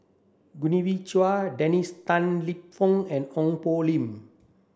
Genevieve Chua Dennis Tan Lip Fong and Ong Poh Lim